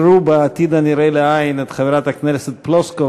בעתיד הנראה לעין את חברת הכנסת פלוסקוב